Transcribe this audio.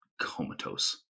comatose